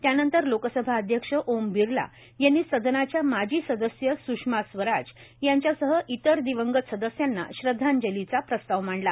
त्यानंतर लोकसभाध्यक्ष ओम बिर्ला यांनी सदनाच्या माजी सदस्य स्षमा स्वराज यांच्यासह इतर दिवंगत सदस्यांना श्रदधांजलीचा प्रस्ताव मांडला